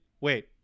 wait